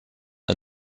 ein